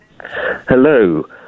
Hello